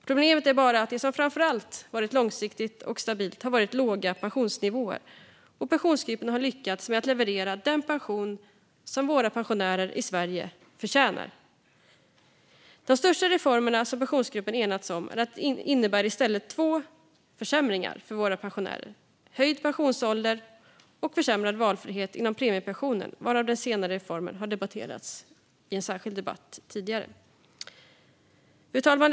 Problemet är bara att det som framför allt har varit långsiktigt och stabilt har varit låga pensionsnivåer. Pensionsgruppen har misslyckats med att leverera den pension som våra pensionärer i Sverige förtjänar. De största reformer som Pensionsgruppen enats om innebär i stället två försämringar för våra pensionärer: höjd pensionsålder och försämrad valfrihet inom premiepensionen. Den senare reformen har tidigare debatterats i en särskild debatt. Fru talman!